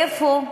איפה,